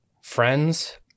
friends